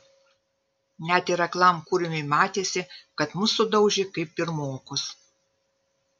net ir aklam kurmiui matėsi kad mus sudaužė kaip pirmokus